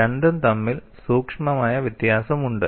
രണ്ടും തമ്മിൽ സൂക്ഷ്മമായ വ്യത്യാസമുണ്ട്